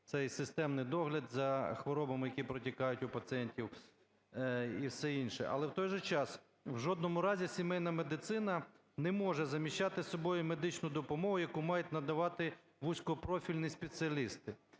Це і системний догляд за хворобами, які протікають у пацієнтів, і все інше. Але, в той же час, в жодному разі сімейна медицина не може заміщати собою медичну допомогу, яку мають надавати вузькопрофільні спеціалісти.